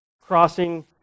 crossing